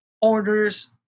orders